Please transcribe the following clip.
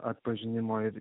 atpažinimo ir